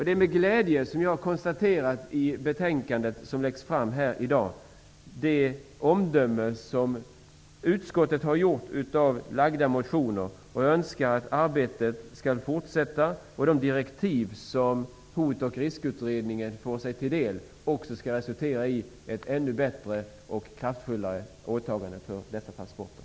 Det är med glädje som jag noterar de omdömen som utskottet gjort om framlagda motioner i betänkandet. Jag hoppas att arbetet skall fortsätta och att de direktiv som Hot och riskutredningen får sig till del också skall resultera i ett ännu bättre och kraftfullare åtagande för dessa transporter.